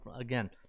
again